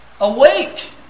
Awake